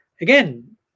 again